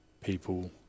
people